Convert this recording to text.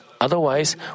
Otherwise